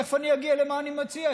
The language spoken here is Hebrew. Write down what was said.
תכף אני מגיע למה אני מציע.